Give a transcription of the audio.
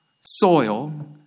soil